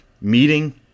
Meeting